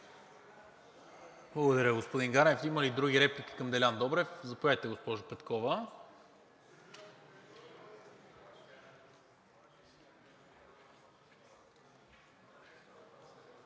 Благодаря, господин Ганев. Има ли други реплики към Делян Добрев? Заповядайте, госпожо Петкова.